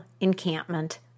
encampment